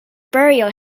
burial